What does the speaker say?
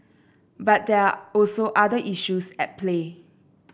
but there are also other issues at play